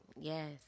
Yes